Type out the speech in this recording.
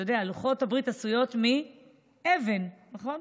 אתה יודע, לוחות הברית עשויים מאבן, נכון?